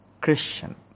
Christian